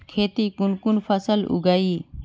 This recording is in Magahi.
खेतीत कुन कुन फसल उगेई?